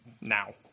now